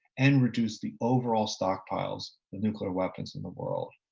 and reduced the overall stockpiles of nuclear weapons in the world,